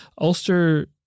Ulster